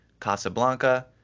Casablanca